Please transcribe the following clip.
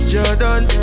Jordan